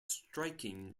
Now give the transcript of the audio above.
striking